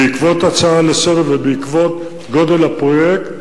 בעקבות ההצעה לסדר-היום ועקב גודל הפרויקט,